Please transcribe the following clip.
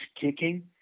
kicking